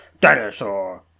dinosaur